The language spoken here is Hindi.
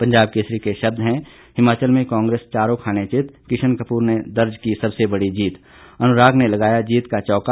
पंजाब केसरी के शब्द हैं हिमाचल में कांग्रेस चारों खाने चित किशन कपूर ने दर्ज की सबसे बड़ी जीत अनुराग ने लगाया जीत का चौका